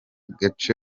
gace